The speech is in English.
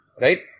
right